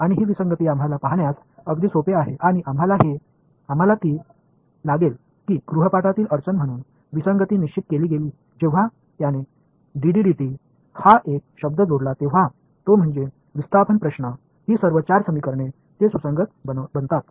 आणि ही विसंगती आम्हाला पाहण्यास अगदी सोपे आहे आणि आम्हाला ती लागेल की गृहपाठातील अडचण म्हणून विसंगती निश्चित केली गेली जेव्हा त्याने हा एक शब्द जोडला तेव्हा तो म्हणजे विस्थापन प्रश्न ही सर्व 4 समीकरणे ते सुसंगत बनतात